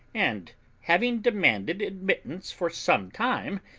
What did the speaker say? and having demanded admittance for some time,